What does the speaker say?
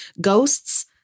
ghosts